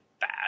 bad